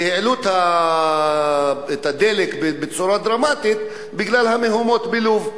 שהעלו את מחירי הדלק בצורה דרמטית בגלל המהומות בלוב.